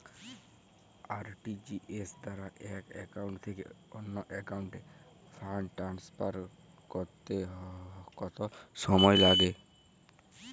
RTGS দ্বারা এক account থেকে অন্য একাউন্টে ফান্ড ট্রান্সফার করতে কত সময় লাগে?